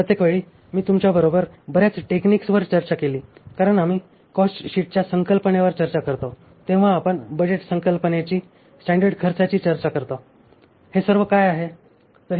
प्रत्येक वेळी मी तुमच्याबरोबर बर्याच टेक्निक्सवर चर्चा केली कारण आम्ही कॉस्टशीटच्या संकल्पनेवर चर्चा करतो तेव्हा आपण बजेट संकल्पनेची स्टॅंडर्ड खर्चाची चर्चा करतो हे सर्व काय आहे